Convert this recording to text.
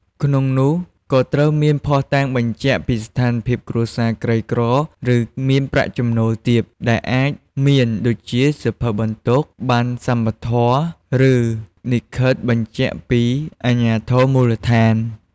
ក្នុងនោះក៍ត្រូវមាន ភស្តុតាងបញ្ជាក់ពីស្ថានភាពគ្រួសារក្រីក្រ ឬ មានប្រាក់ចំណូលទាប ដែលអាចមានដូចជា សៀវភៅបន្ទុក ប័ណ្ណសមធម៌ ឬ លិខិតបញ្ជាក់ពីអាជ្ញាធរមូលដ្ឋាន។